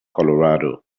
colorado